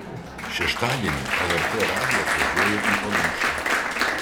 šeštadienį lrt radijas važiuoja į palūšę